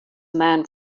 man